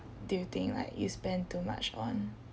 do you think like you spend too much on